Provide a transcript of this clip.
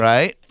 Right